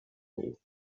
hole